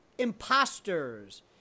imposters